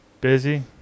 Busy